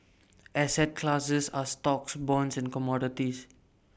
asset classes are stocks bonds and commodities